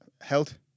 health